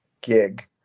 gig